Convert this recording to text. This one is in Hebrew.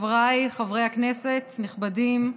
חבריי חברי הכנסת, נכבדים,